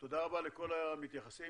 תודה רבה לכל המתייחסים.